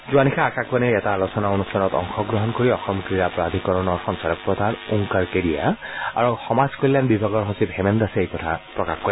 যোৱা নিশা আকাশবাণীৰ এটা আলোচনা অনুষ্ঠানত অংশগ্ৰহণ কৰি অসম ক্ৰীড়া প্ৰাধীকৰণৰ সঞ্চালকপ্ৰধান ওংকাৰ কেডিয়া আৰু সমাজ কল্যাণ বিভাগৰ সচিব হেমেন দাসে এই কথা প্ৰকাশ কৰে